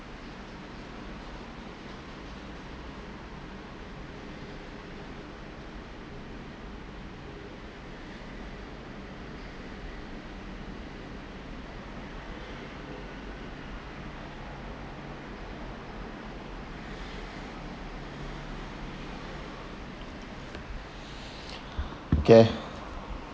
okay